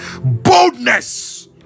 boldness